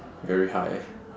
very high